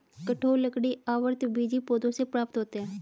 कठोर लकड़ी आवृतबीजी पौधों से प्राप्त होते हैं